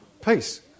Peace